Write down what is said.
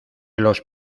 los